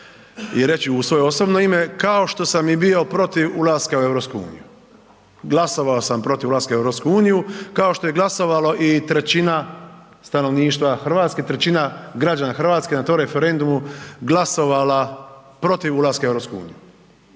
i reću u svoje osobno ime kao što sam i bio protiv ulaska u EU, glasovao samo protiv ulaska u EU, kao što je glasovalo i 1/3 stanovništva RH, 1/3 građana RH na tom referendumu glasovala protiv ulaska u EU